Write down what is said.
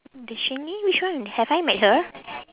the xin lin which one have I met her